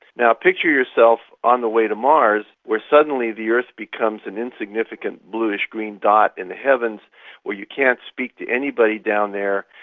now, picture yourself on the way to mars where suddenly the earth becomes an insignificant blueish-green dot in the heavens where you can't speak to anybody down there,